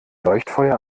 leuchtfeuer